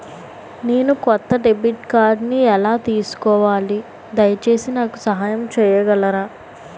నేను కొత్త డెబిట్ కార్డ్ని ఎలా తీసుకోవాలి, దయచేసి నాకు సహాయం చేయగలరా?